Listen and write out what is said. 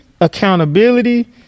accountability